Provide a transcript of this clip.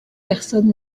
personne